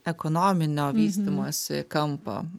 ekonominio vystymosi kampą